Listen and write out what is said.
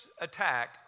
attack